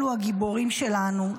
אלו הגיבורים שלנו,